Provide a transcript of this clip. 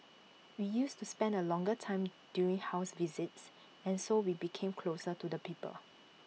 we used to spend A longer time during house visits and so we became closer to the people